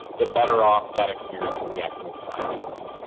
the better off that experience with the academic adviser will be?